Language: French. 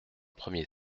premier